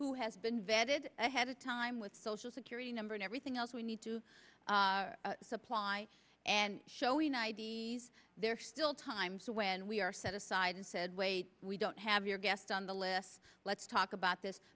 who has been vetted ahead of time with social security number and everything else we need to supply and showing i d s there are still times when we are set aside and said wait we don't have your guest on the list let's talk about this